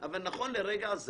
אני מצטער --- אבל אותי זה מצחיק.